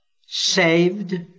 saved